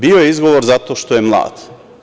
Bio je izgovor - zato što je mlad.